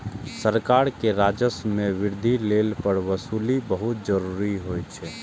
सरकार के राजस्व मे वृद्धि लेल कर वसूली बहुत जरूरी होइ छै